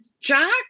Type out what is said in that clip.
Jack